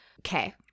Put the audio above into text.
Okay